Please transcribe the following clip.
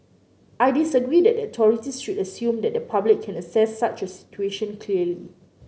I disagree that the authorities should assume that the public can assess such a situation clearly